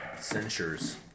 Censures